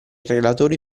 relatori